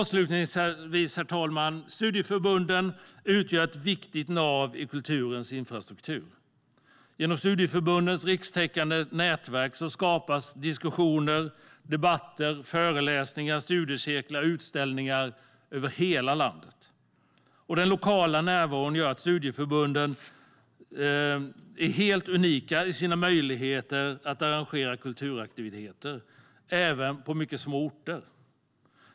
Avslutningsvis: Studieförbunden utgör ett viktigt nav i kulturens infrastruktur. Genom studieförbundens rikstäckande nätverk skapas diskussioner, debatter, föreläsningar, studiecirklar och utställningar över hela landet. Den lokala närvaron gör studieförbunden unika i sina möjligheter att arrangera kulturaktiviteter även på mycket små orter.